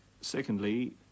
Secondly